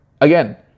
again